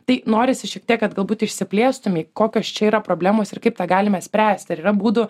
tai norisi šiek tiek kad galbūt išsiplėstumei kokios čia yra problemos ir kaip tą galime spręsti ar yra būdų